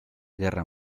guerra